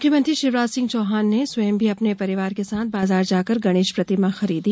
मुख्यमंत्री शिवराज सिंह चौहान ने स्वयं भी अपने परिवार के साथ बाजार जाकर गणेश प्रतिमा खरीदी